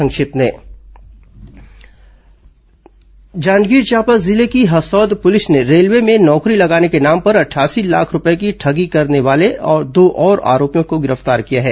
संक्षिप्त समाचार जांजगीर चांपा जिले की हसौद प्रलिस ने रेलवे में नौकरी लगाने के नाम पर अठासी लाख रूपये की ठगी करने वाले दो और आरोपियों को गिरफ्तार किया है